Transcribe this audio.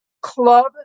club